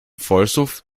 vollsuff